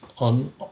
on